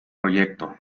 proyecto